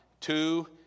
two